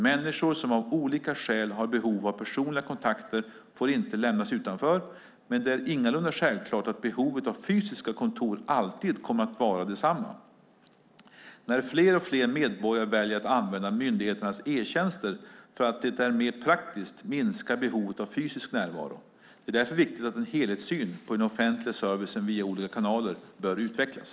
Människor som av olika skäl har behov av personliga kontakter får inte lämnas utanför, men det är ingalunda självklart att behovet av fysiska kontor alltid kommer att vara detsamma. När fler och fler medborgare väljer att använda myndigheternas e-tjänster för att det är mer praktiskt minskar behovet av fysisk närvaro. Det är därför viktigt att ha en helhetssyn på hur den offentliga servicen via olika kanaler bör utvecklas.